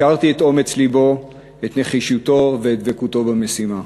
הכרתי את אומץ לבו, את נחישותו ואת דבקותו במשימה.